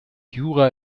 jura